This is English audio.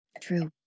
True